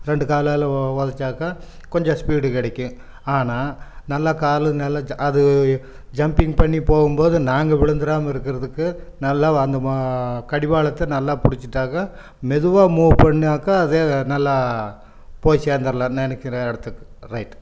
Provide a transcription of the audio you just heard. ரெண்டு காலால் உதச்சாக்கா கொஞ்சம் ஸ்பீட் கிடைக்கும் ஆனால் நல்லா காலு நல்ல அது ஜம்பிங் பண்ணி போகும்போது நாங்கள் விழுந்துடாம இருக்கிறதுக்கு நல்லா அந்த கடிவாளத்தை நல்லா பிடிச்சிட்டாக்கா மெதுவாக மூவ் பண்ணிணாக்க அதே நல்லா போய் சேர்ந்துட்லாம் நினைக்குற இடத்துக்கு ரைட்